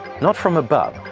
not from above,